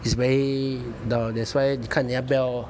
it's very down that's why 你看你要不要